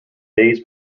days